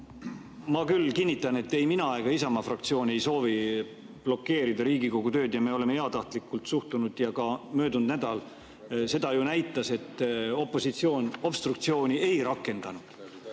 Ma küll kinnitan, et ei mina ega Isamaa fraktsioon ei soovi blokeerida Riigikogu tööd ja me oleme heatahtlikult suhtunud. Ja ka möödunud nädal seda ju näitas, et opositsioon obstruktsiooni ei rakendanud.